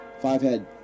Fivehead